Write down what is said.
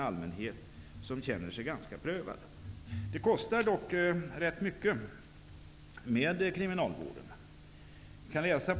Allmänheten, som känner sig ganska prövad, förstår inte detta. Kriminalvården kostar dock ganska mycket.